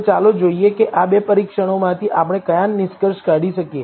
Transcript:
તો ચાલો જોઈએ કે આ બે પરીક્ષણોમાંથી આપણે કયા નિષ્કર્ષ કાઢી શકીએ